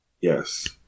Yes